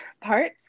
parts